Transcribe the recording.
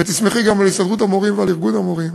ותסמכי גם על הסתדרות המורים ועל ארגון המורים